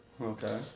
Okay